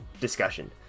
discussion